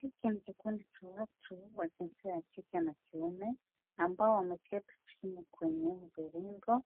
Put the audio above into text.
Hiki ni kikundi cha watu wa jinsia ya kike na kiume ambao wameketi chini kwenye mviringo,